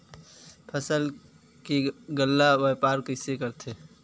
फसल के गल्ला व्यापार कइसे करथे?